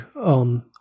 on